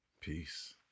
Peace